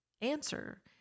answer